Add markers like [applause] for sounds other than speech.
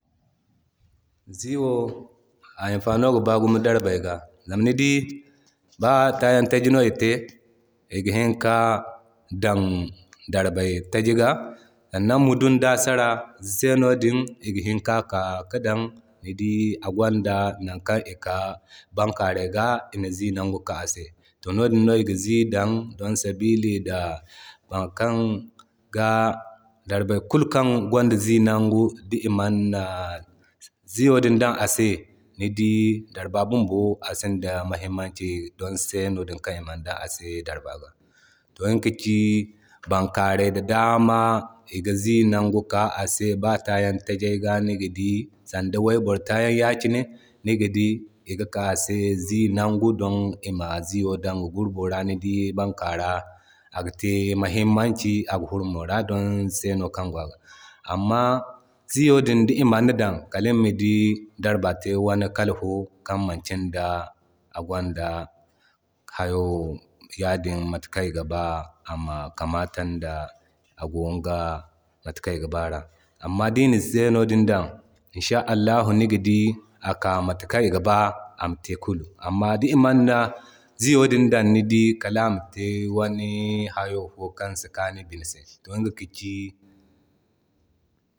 [noise] Zii wo a imfano ga baa darbay ga. Zama ba taayan taji no ite iga hini ka dan bankaray taji ga. Sannan mudun daa sara seno din iga hini ka kaa ki dan. Ni dii agwanda nan kan iga bankaray ga ina zii nagu ka a se. To no din no iga zii dan don sabili da nan kan ga darbay kulu kan gwanda zii nan gu diman na zii yo din dan a se ni dii darba bumbo a sinda muhimmaci don seno din kan iman dan a se. Aga furo mora don seno din kan Iman dan ase darba ga. To iga ka ci bankaray da dama iga zii nangu kaa ase ba tayan tajay ga sanda waybora tayan ya kine ni ga dii iga ka ase zii nangu din ima zii yo dan iga iŋga gurboya ra. Ni dii bankara aga te muhimmaci aga furo mora don seno kan go a ga. Amma zii yo din diman na dan kal nima dii darbaya te wani kala fo kan manci da agwanda hayo yadin matakan it gaba ama kamata da ago iga mata kan iga baara. Amma dina seno din dan insha Allah ni ga dii aka mata kan iga ba ama te kulu. Amma diman na zii yo dan ni dii kal amate wani hayo fo kan si kaani bina se. to iga ka ci [noise]